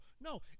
No